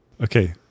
Okay